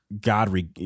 God